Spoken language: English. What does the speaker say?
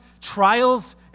trials